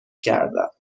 کردم